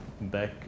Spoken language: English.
back